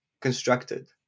Constructed